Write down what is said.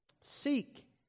Seek